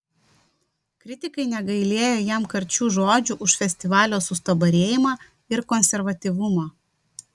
kritikai negailėjo jam karčių žodžių už festivalio sustabarėjimą ir konservatyvumą